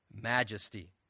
majesty